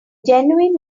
genuine